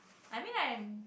I mean I'm